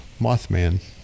Mothman